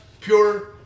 pure